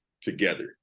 together